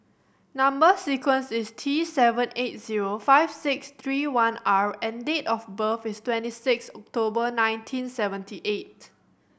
number sequence is T seven eight zero five six three one R and date of birth is twenty six October nineteen seventy eight